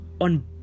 on